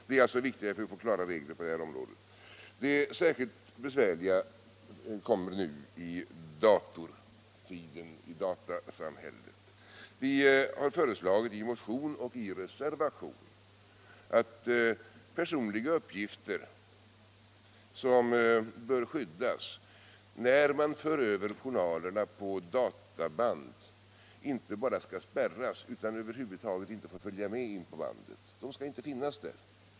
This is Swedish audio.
Det är alltså viktigt att vi får klara regler på det här området. Det särskilt besvärliga kommer nu i datasamhället. Vi har föreslagit i motion, och även i reservation, att personliga uppgifter, som bör skyddas när man för över journalerna på databand, inte bara skall spärras utan över huvud taget inte få följa med in på bandet. De skall inte finnas där.